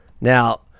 Now